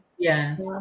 Yes